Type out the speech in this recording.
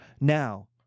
Now